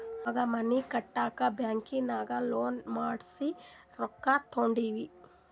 ನಮ್ಮ್ಗ್ ಮನಿ ಕಟ್ಟಾಕ್ ಬ್ಯಾಂಕಿನಾಗ ಲೋನ್ ಮಾಡ್ಸಿ ರೊಕ್ಕಾ ತೊಂಡಿವಿ